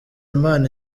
imana